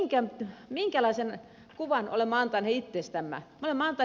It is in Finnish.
mutta minkälaisen kuvan olemme antaneet itsestämme